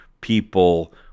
people